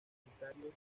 unitarios